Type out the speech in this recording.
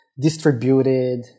distributed